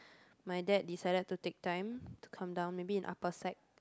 my dad decided to take time to come down maybe in upper side